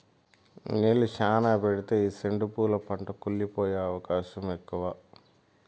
నీళ్ళు శ్యానా పెడితే ఈ సెండు పూల పంట కుళ్లి పోయే అవకాశం ఎక్కువ